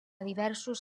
diversos